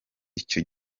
icyo